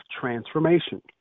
transformation